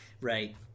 Right